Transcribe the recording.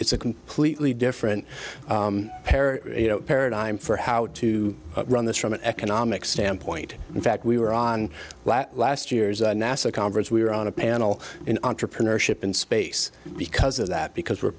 it's a completely different pair you know paradigm for how to run this from an economic standpoint in fact we were on last year's nasa conference we were on a panel in entrepreneurship in space because of that because we're